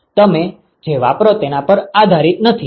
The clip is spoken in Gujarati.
તમે જે વાપરો તેના પર આધારિત નથી